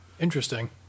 interesting